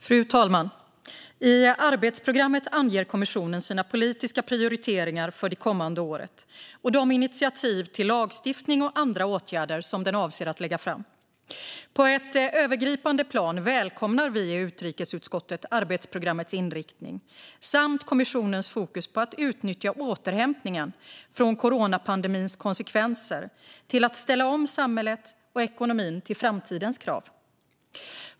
Fru talman! I arbetsprogrammet anger kommissionen sina politiska prioriteringar för det kommande året samt de initiativ till lagstiftning och andra åtgärder som den avser att lägga fram. På ett övergripande plan välkomnar vi i utrikesutskottet arbetsprogrammets inriktning och kommissionens fokus på att utnyttja återhämtningen från coronapandemins konsekvenser till att ställa om samhället och ekonomin till framtidens krav.